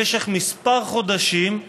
למשך כמה חודשים,